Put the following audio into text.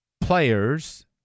players